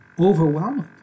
Overwhelming